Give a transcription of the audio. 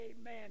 Amen